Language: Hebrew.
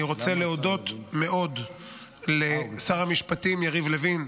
אני רוצה להודות מאוד לשר המשפטים יריב לוין,